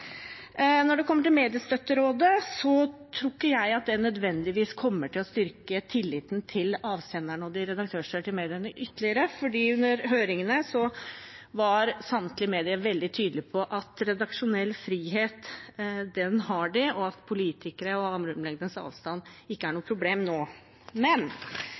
Når det kommer til mediestøtterådet, tror jeg ikke at det nødvendigvis kommer til å styrke tilliten til avsenderen og de redaktørstyrte mediene ytterligere, for under høringene var samtlige medier veldig tydelige på at de har redaksjonell frihet, og at politikere og det som gjelder armlengdes avstand, ikke er noe problem nå.